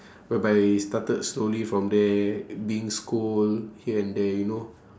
whereby started slowly from there being scold here and there you know